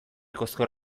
kozkor